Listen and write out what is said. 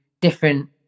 different